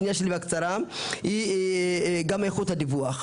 הצעה שנייה שלי, היא גם איכות הדיווח.